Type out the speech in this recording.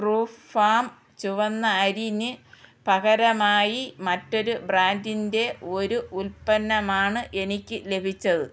true Farm ചുവന്ന അരിന് പകരമായി മറ്റൊരു ബ്രാൻഡിന്റെ ഒരു ഉൽപ്പന്നമാണ് എനിക്ക് ലഭിച്ചത്